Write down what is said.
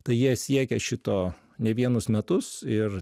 tai jie siekia šito ne vienus metus ir